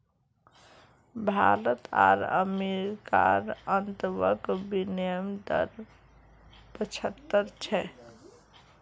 भारत आर अमेरिकार अंतर्बंक विनिमय दर पचाह्त्तर छे